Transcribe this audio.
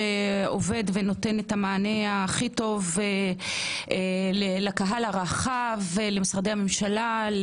שעובד ונותן את המענה הכי טוב לקהל הרחב ולמשרדי הממשלה,